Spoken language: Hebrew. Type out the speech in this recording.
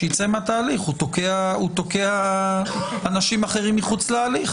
שיצא מהתהליך כי הוא תוקע אנשים אחרים מחוץ להליך.